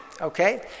Okay